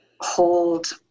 hold